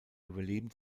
überleben